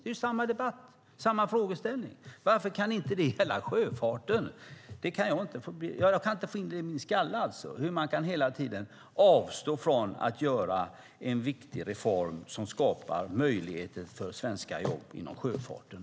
Det är samma debatt och samma frågeställning. Varför kan inte detta gälla sjöfarten? Jag kan inte få in i min skalle hur man hela tiden kan avstå från att göra en viktig reform som skapar möjligheter för svenska jobb inom sjöfarten.